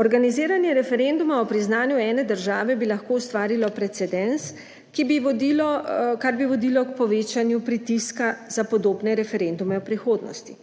Organiziranje referenduma o priznanju ene države bi lahko ustvarilo precedens, ki bi vodil, k povečanju pritiska za podobne referendume v prihodnosti.